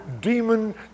demon